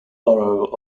borough